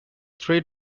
three